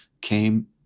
came